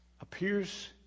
appears